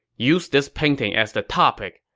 use this painting as the topic,